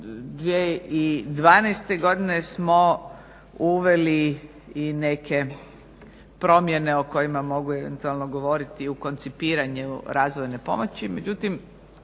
2012. smo uveli i neke promjene o kojima mogu eventualno govoriti i u koncipiranju razvojne pomoći.